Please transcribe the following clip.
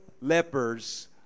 lepers